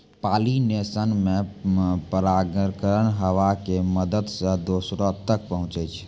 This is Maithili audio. पालिनेशन मे परागकण हवा के मदत से दोसरो तक पहुचै छै